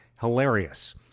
Hilarious